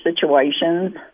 situations